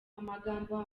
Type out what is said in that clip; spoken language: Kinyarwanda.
amagambo